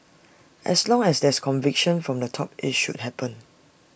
as long as there's conviction from the top IT should happen